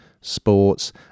sports